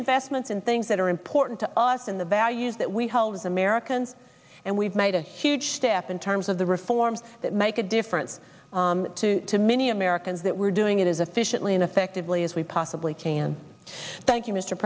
investments in things that are important to us in the values that we hold as americans and we've made a huge step in terms of the reforms that make a difference to many americans that were doing it is officially and effectively as we possibly can thank you m